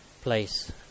place